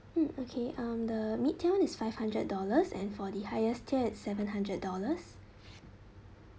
mm okay um the mid tier one is five hundred dollars and for the highest tier is seven hundred dollars